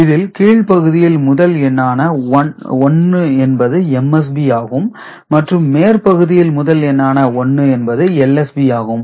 இதில் கீழ் பகுதியில் முதல் எண்ணான 1 என்பது MSB ஆகும் மற்றும் மேற்பகுதியில் முதல் எண்ணான 1 என்பது LSB ஆகும்